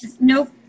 nope